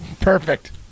Perfect